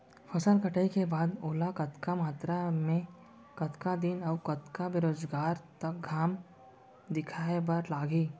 फसल कटाई के बाद ओला कतका मात्रा मे, कतका दिन अऊ कतका बेरोजगार तक घाम दिखाए बर लागही?